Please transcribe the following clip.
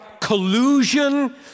collusion